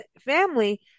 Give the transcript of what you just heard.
family